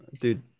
Dude